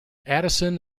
addison